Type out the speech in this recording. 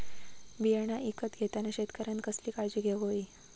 बियाणा ईकत घेताना शेतकऱ्यानं कसली काळजी घेऊक होई?